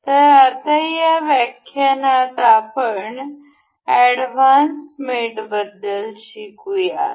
तर आता या व्याख्यानात आपण या एडव्हान्स मेट बद्दल शिकूयात